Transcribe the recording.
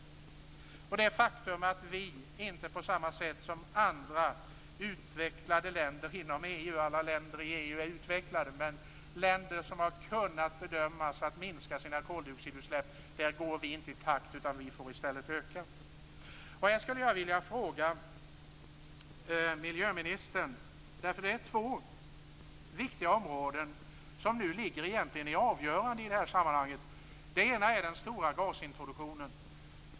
Det är ett faktum att vi inte går i takt med andra utvecklade länder inom EU - alla länder i EU är i och för sig utvecklade - som har kunnat bedömas skall kunna minska sina koldioxidutsläpp, utan vi får i stället öka. Jag skulle vilja ställa ett par frågor till miljöministern, därför att det är egentligen två viktiga områden som nu ligger i avgörande. Det ena är den stora basintroduktionen.